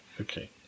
Okay